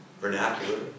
vernacular